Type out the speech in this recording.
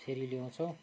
फेरि ल्याउँछौँ